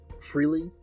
freely